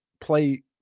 play